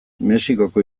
mexikoko